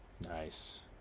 nice